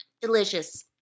Delicious